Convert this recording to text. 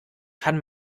kann